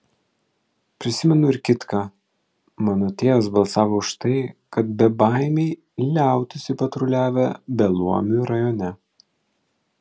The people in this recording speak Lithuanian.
prisimenu ir kitką mano tėvas balsavo už tai kad bebaimiai liautųsi patruliavę beluomių rajone